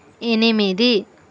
ఎనిమిది